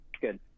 Good